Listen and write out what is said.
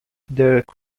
derrick